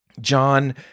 John